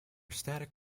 static